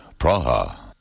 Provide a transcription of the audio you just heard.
Praha